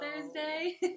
Thursday